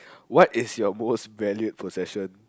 what is your most valued possession